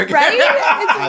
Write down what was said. Right